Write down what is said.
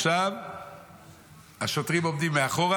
עכשיו השוטרים עומדים מאחורה,